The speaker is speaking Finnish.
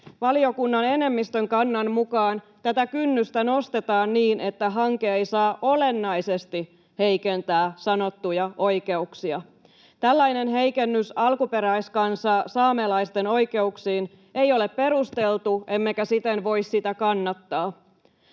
valiokunnan enemmistön kannan mukaan tätä kynnystä nostetaan niin, että hanke ei saa olennaisesti heikentää sanottuja oikeuksia. Tällainen heikennys alkuperäiskansa saamelaisten oikeuksiin ei ole perusteltu, emmekä siten voi sitä kannattaa.